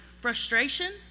frustration